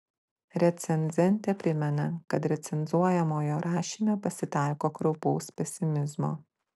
recenzentė primena kad recenzuojamojo rašyme pasitaiko kraupaus pesimizmo